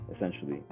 essentially